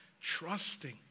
trusting